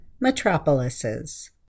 metropolises